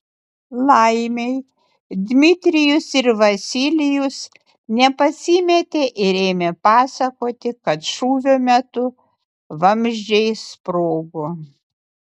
laimei dmitrijus ir vasilijus nepasimetė ir ėmė pasakoti kad šūvio metu vamzdžiai sprogo